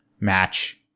match